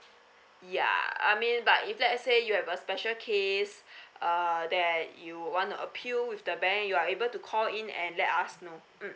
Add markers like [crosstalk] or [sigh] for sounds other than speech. ya I mean ya but let's say you have a special case [breath] uh that you want to appeal with the bank you are able to call in and let us know mm